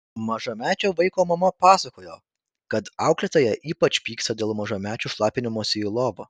mažamečio vaiko mama pasakojo kad auklėtoja ypač pyksta dėl mažamečių šlapinimosi į lovą